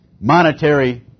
monetary